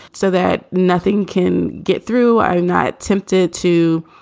so that nothing can get through i'm not tempted to,